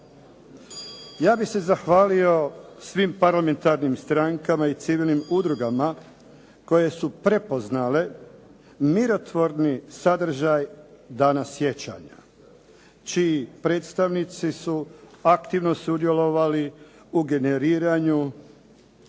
Ja bih se zahvalio svim parlamentarnim strankama i civilnim udrugama koje su prepoznale mirotvorni sadržaj dana sjećanja, čiji predstavnici su aktivno sudjelovali u generiranju